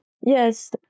Yes